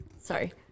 Sorry